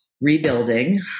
rebuilding